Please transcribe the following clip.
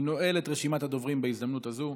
אני נועל את רשימת הדוברים בהזדמנות הזו.